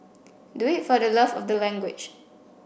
do it for the love of the language